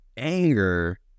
anger